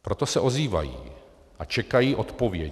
Proto se ozývají a čekají odpověď.